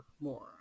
more